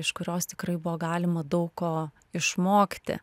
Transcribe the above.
iš kurios tikrai buvo galima daug ko išmokti